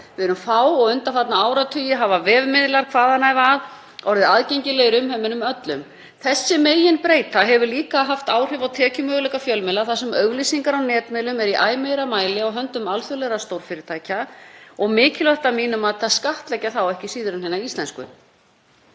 við erum fá og undanfarna áratugi hafa vefmiðlar hvaðanæva að orðið aðgengilegir umheiminum öllum. Þessi meginbreyta hefur líka haft áhrif á tekjumöguleika fjölmiðla þar sem auglýsingar á netmiðlum eru í æ meira mæli á höndum alþjóðlegra stórfyrirtækja og mikilvægt að mínu mati að skattleggja þá, ekki síður en hina íslensku.